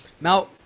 Now